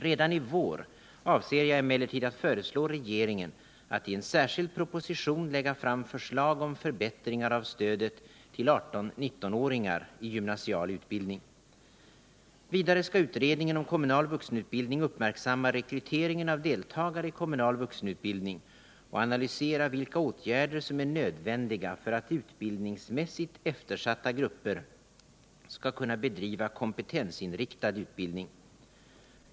Redan i vår avser jag emellertid att föreslå regeringen att i en särskild proposition lägga fram förslag om förbättringar av stödet till 18-19-åringar i gymnasial utbildning. Vidare skall utredningen om kommunal vuxenutbildning uppmärksamma rekryteringen av deltagare i kommunal vuxenutbildning och analysera vilka åtgärder som är nödvändiga för att utbildningsmässigt eftersatta grupper skall kunna bedriva kompetensinriktad utbildning.